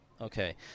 Okay